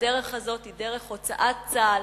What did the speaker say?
והדרך הזו היא דרך הוצאת צה"ל